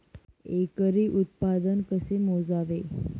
एकरी उत्पादन कसे मोजावे?